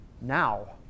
now